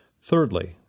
Thirdly